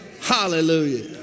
Hallelujah